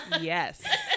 yes